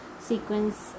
sequence